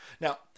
Now